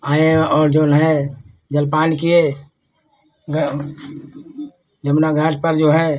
आऍं और जो है जलपान किए जमुना घाट पर जो है